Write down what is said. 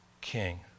king